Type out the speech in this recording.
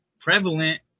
prevalent